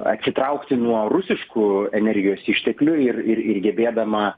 atsitraukti nuo rusiškų energijos išteklių ir ir ir gebėdama